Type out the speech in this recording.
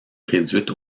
réduite